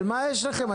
מה יש לכם?